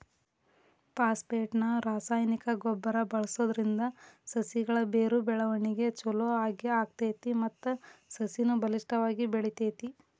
phosphate ನ ರಾಸಾಯನಿಕ ಗೊಬ್ಬರ ಬಳ್ಸೋದ್ರಿಂದ ಸಸಿಗಳ ಬೇರು ಬೆಳವಣಿಗೆ ಚೊಲೋ ಆಗ್ತೇತಿ ಮತ್ತ ಸಸಿನು ಬಲಿಷ್ಠವಾಗಿ ಬೆಳಿತೇತಿ